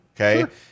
Okay